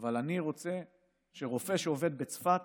אבל אני רוצה שרופא שעובד בצפת